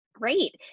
Great